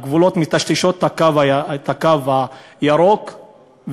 מטשטשות את הקו הירוק,